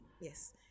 yes